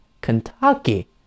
Kentucky